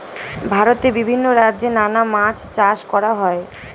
ভারতে বিভিন্ন রাজ্যে নানা মাছ চাষ করা হয়